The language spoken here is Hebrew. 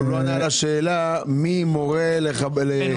הוא לא עונה על השאלה מי מורה לנתק.